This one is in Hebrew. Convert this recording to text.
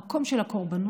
המקום של הקורבנות